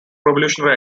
revolutionary